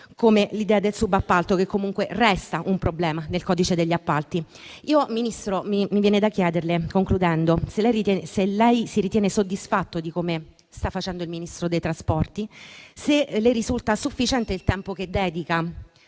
come l'idea del subappalto, che comunque resta un problema del codice degli appalti. Signor Ministro, mi viene da chiederle se lei si ritiene soddisfatto di come sta facendo il Ministro delle infrastrutture e dei trasporti; se le risulta sufficiente il tempo che dedica